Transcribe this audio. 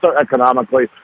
economically